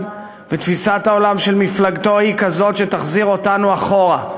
ותפיסת העולם של מפלגתו היא כזאת שתחזיר אותנו אחורה.